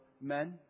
men